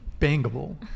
bangable